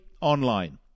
online